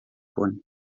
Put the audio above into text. punt